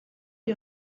you